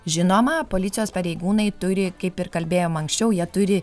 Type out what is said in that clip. žinoma policijos pareigūnai turi kaip ir kalbėjom anksčiau jie turi